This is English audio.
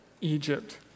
Egypt